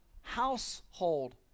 household